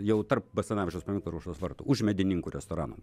jau tarp basanavičiaus paminklo ir aušros vartų už medininkų restorano